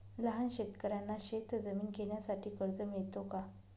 लहान शेतकऱ्यांना शेतजमीन घेण्यासाठी कर्ज मिळतो का?